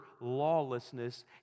lawlessness